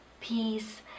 peace